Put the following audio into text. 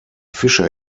fischer